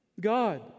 God